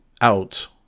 out